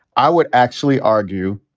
i would actually argue,